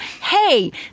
Hey